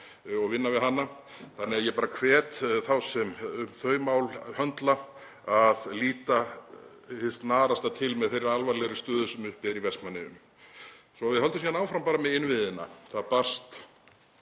og vinna við hana, þannig að ég bara hvet þá sem um þau mál höndla að líta hið snarasta til með þeirri alvarlegu stöðu sem uppi er í Vestmannaeyjum. Svo við höldum síðan áfram með innviðina þá barst